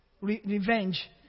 revenge